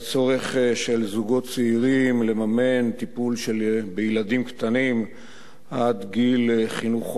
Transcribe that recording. והצורך של זוגות צעירים לממן טיפול בילדים קטנים עד גיל חינוך חובה,